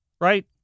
right